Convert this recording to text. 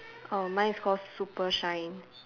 oh mine is call super shine